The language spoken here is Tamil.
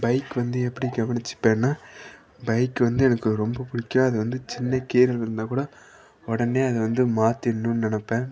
பைக் வந்து எப்படி கவனிச்சிப்பேன்னால் பைக் வந்து எனக்கு ரொம்பப் பிடிக்கும் அது வந்து சின்னக் கீறல் விழுந்தாக் கூட உடனே அதை வந்து மாத்திடணுன்னு நினப்பேன்